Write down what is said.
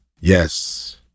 Yes